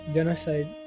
Genocide